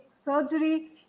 Surgery